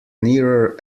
nearer